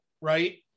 Right